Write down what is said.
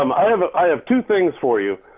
um i have i have two things for you,